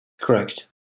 Correct